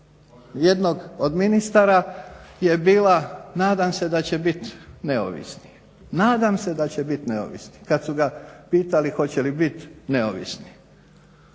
jednog od ministara je bila nadam se da će bit neovisni. Kad su ga pitali hoće li bit neovisni.